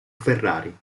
ferrari